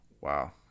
Wow